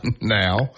now